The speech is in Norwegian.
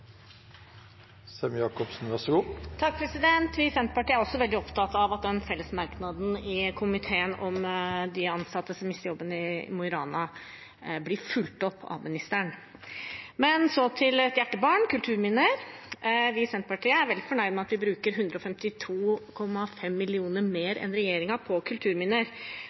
ministeren. Men så til et hjertebarn: kulturminner. Vi i Senterpartiet er veldig fornøyd med at vi bruker 152,5 mill. kr mer enn regjeringen på kulturminner.